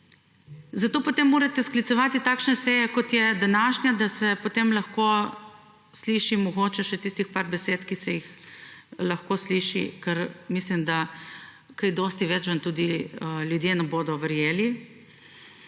Zato potem morate sklicevati takšne seje, kot je današnja, da se potem lahko sliši mogoče še tistih par besed, ki se jih lahko sliši, ker mislim, da kaj dosti več vam tudi ljudje ne bodo verjeli.